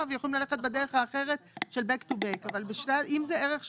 ויכולים ללכת בדרך האחרת של Back to back אבל אם זה ערך שעה,